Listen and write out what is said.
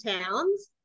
towns